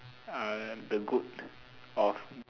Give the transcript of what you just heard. uh the goat of